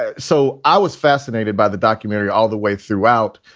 ah so i was fascinated by the documentary all the way throughout.